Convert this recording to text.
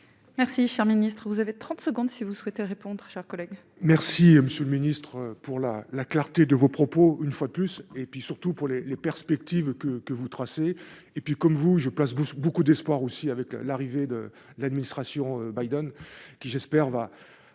Merci cher Ministre vous avez 30 secondes, si vous souhaitez répondre chers collègues. Merci monsieur le ministre pour la la clarté de vos propos, une fois de plus, et puis surtout pour les les perspectives que que vous tracez et puis comme vous, je place beaucoup d'espoir aussi, avec l'arrivée de l'administration by donne qui j'espère va